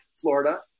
Florida